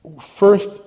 First